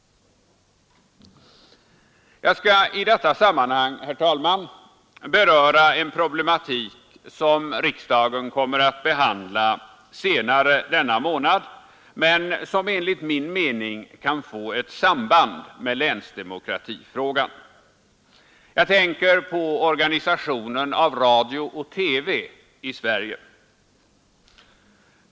Jag skall i detta sammanhang beröra en problematik, som riksdagen kommer att behandla senare i denna månad men som enligt min mening kan få ett samband med länsdemokratifrågan. Jag tänker då på organisationen av radio-TV i Sverige.